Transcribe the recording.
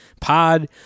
Pod